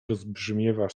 rozbrzmiewa